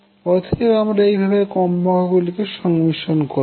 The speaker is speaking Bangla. অতএব আমরা এইভাবে কম্পাঙ্ক গুলিকে সংমিশ্রন করবো